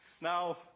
Now